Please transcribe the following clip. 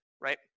right